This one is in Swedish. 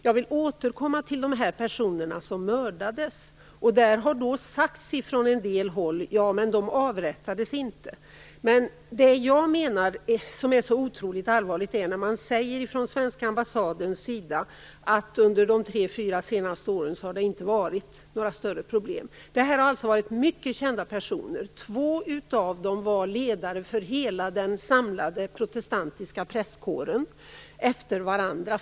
Jag vill återkomma till de personer som mördades. Det har sagts från en del håll att de ju inte avrättades. Men jag menar att det är otroligt allvarligt när man på svenska ambassaden säger att det under de senaste tre fyra åren inte har varit några större problem. De mördade personerna var mycket kända. Två av dem var ledare för hela den samlade protestantiska prästkåren. De var det efter varandra.